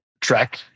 track